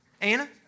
Anna